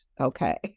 okay